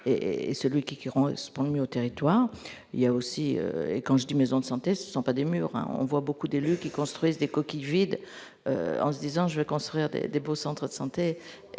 et celui qui ont conduit au territoire il y a aussi, et quand je dis maisons de santé, ce sont pas des murs, hein, on voit beaucoup d'élus qui construisent des coquilles vides, en se disant je vais construire des dépôts, centres de santé et